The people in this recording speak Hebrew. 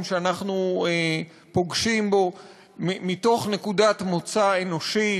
שאנחנו פוגשים בו מתוך נקודת מוצא אנושית,